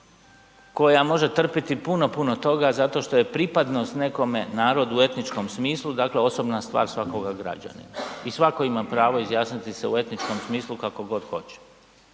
koja može trpiti puno, puno toga zato što je pripadnost nekome narodu u etničkom smislu osobna stvar svakoga građanina i svako ima pravo izjasniti se u etničkom smislu kako god hoće.